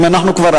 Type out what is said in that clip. אם אנחנו כבר,